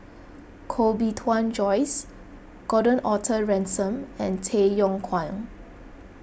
Koh Bee Tuan Joyce Gordon Arthur Ransome and Tay Yong Kwang